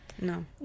no